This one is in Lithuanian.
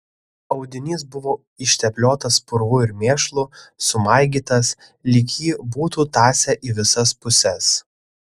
audinys buvo ištepliotas purvu ir mėšlu sumaigytas lyg jį būtų tąsę į visas puses